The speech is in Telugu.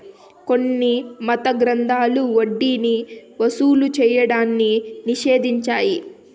కొన్ని మత గ్రంథాలు వడ్డీని వసూలు చేయడాన్ని నిషేధించాయి